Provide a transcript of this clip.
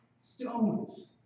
stones